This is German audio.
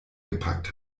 gepackt